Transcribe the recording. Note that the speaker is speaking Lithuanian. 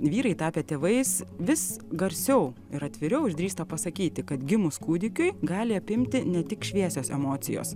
vyrai tapę tėvais vis garsiau ir atviriau išdrįsta pasakyti kad gimus kūdikiui gali apimti ne tik šviesios emocijos